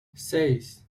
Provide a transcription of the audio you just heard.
seis